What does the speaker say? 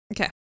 Okay